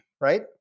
right